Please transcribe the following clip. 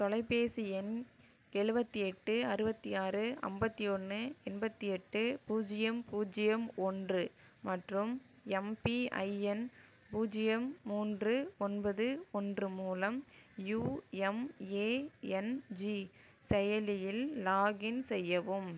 தொலைபேசி எண் எழுபத்தி எட்டு அறுபத்தி ஆறு ஐம்பத்தி ஒன்று எண்பத்தி எட்டு பூஜ்ஜியம் பூஜ்ஜியம் ஒன்று மற்றும் எம்பிஐஎன் பூஜ்ஜியம் மூன்று ஒன்பது ஓன்று மூலம் யுஎம்ஏஎன்ஜி செயலியில் லாகின் செய்யவும்